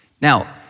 Now